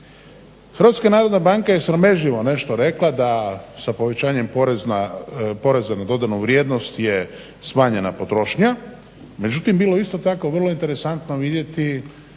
Hrvatska narodna banka je sramežljivo nešto rekla da sa povećanjem poreza na dodanu vrijednost je smanjena potrošnja, međutim bilo bi isto tako vrlo interesantno vidjeti